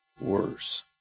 worse